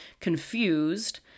confused